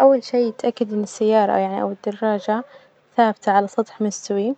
أول شي إتأكدي إن السيارة يعني أو الدراجة ثابتة على سطح مستوي،